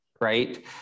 right